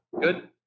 good